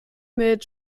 mit